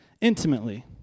intimately